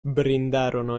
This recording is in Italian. brindarono